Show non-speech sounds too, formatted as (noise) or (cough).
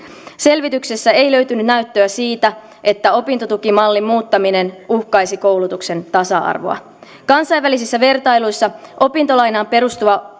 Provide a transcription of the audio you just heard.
selvityksessä ei löytynyt näyttöä siitä että opintotukimallin muuttaminen uhkaisi koulutuksen tasa arvoa kansainvälisissä vertailuissa opintolainaan perustuva (unintelligible)